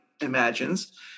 imagines